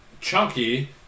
Chunky